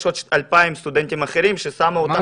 יש עוד 2,000 סטודנטים אחרים ששמו אותם